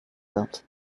wird